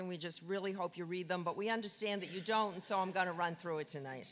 and we just really hope you read them but we understand that you don't so i'm going to run through it